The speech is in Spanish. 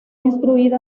instruido